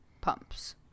pumps